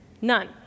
none